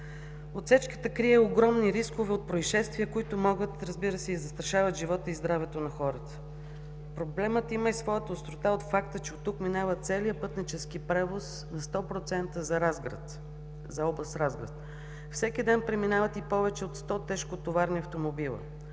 Отсечката крие огромни рискове от произшествия, които могат и, разбира се, застрашават живота и здравето на хората. Проблемът има и своята острота от факта, че оттук минава целият пътнически превоз на 100% за област Разград. Всеки ден преминават и повече от 100 тежкотоварни автомобила.